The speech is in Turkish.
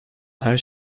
her